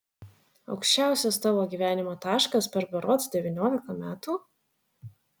aukščiausias tavo gyvenimo taškas per berods devyniolika metų